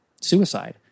suicide